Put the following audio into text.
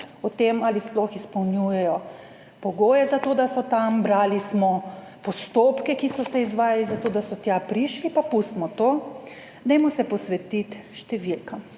ali sploh izpolnjujejo pogoje za to, da so tam, brali smo postopke, ki so se izvajali zato, da so tja prišli. Pa pustimo to, dajmo se posvetiti številkam.